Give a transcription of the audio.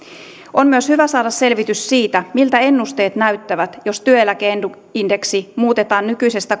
on myös hyvä saada selvitys siitä miltä ennusteet näyttävät jos työeläkeindeksi muutetaan nykyisestä